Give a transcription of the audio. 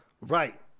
Right